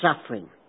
suffering